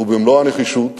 ובמלוא הנחישות